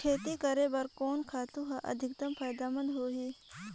खेती करे बर कोन खातु हर अधिक फायदामंद होही?